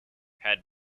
had